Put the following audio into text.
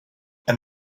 and